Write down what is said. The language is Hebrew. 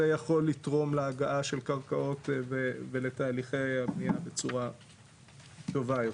זה יכול לתרום להגעה של קרקעות ולתהליכי הבנייה בצורה טובה יותר.